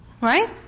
Right